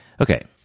Okay